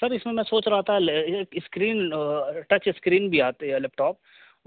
سر اس میں میں سوچ رہا تھا ایک اسکرین ٹچ اسکرین بھی آتی ہے لیپ ٹاپ